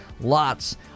lots